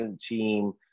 team